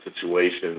situations